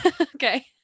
Okay